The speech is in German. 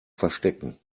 verstecken